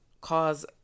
cause